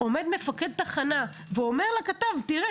שעומד מפקד תחנה ואומר לכתב: תראה,